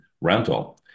rental